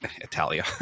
Italia